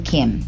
Kim